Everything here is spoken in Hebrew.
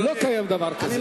לא קיים דבר כזה.